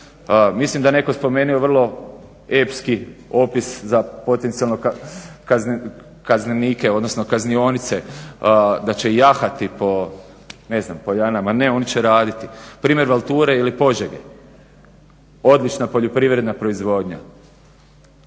Mislim da je netko spomenuo vrlo epski opis za potencijalne kaznenike, odnosno kaznionice. Da će jahati po, ne znan poljanama, ne oni će raditi. Primjer valture ili Požege, odlična poljoprivredna proizvodnja,